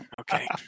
Okay